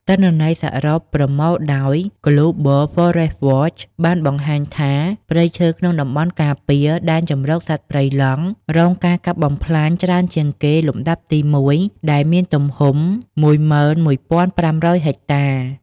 ទិន្នន័យសរុបប្រមូលដោយ Global Forest Watch បានបង្ហាញថា ព្រៃឈើក្នុងតំបន់ការពារដែនជម្រកសត្វព្រៃឡង់រងការកាប់បំផ្លាញច្រើនជាងគេលំដាប់ទី១ ដែលមានទំហំ១១៥០០ហិកតា។